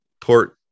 port